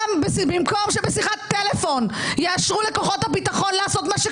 במקום שבשיחת טלפון --- טלי, לא